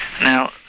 Now